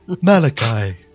Malachi